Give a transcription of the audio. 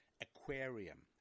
aquarium